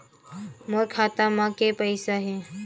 मोर खाता म के पईसा हे?